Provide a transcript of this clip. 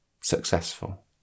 successful